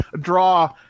draw